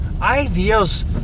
ideas